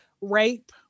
rape